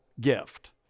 gift